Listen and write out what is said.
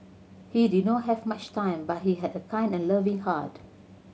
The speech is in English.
he did not have much time but he had a kind and loving heart